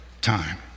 time